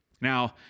Now